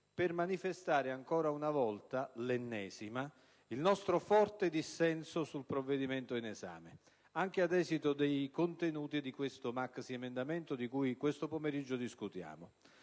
per manifestare ancora una volta, l'ennesima, il nostro forte dissenso sul provvedimento in esame, anche ad esito dei contenuti di questo maxiemendamento di cui in questo pomeriggio discutiamo.